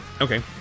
okay